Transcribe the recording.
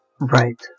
Right